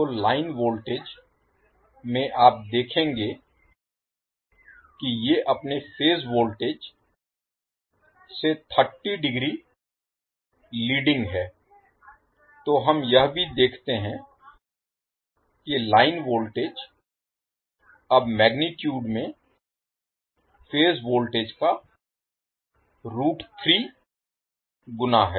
तो line voltage में आप देखेंगे कि ये अपने फेज वोल्टेज से 30 डिग्री लीडिंग हैं तो हम यह भी देखते हैं कि लाइन वोल्टेज अब मैगनीटुड में फेज वोल्टेज का गुना है